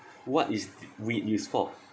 what is weed used for